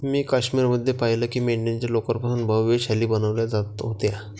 मी काश्मीर मध्ये पाहिलं की मेंढ्यांच्या लोकर पासून भव्य शाली बनवल्या जात होत्या